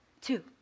two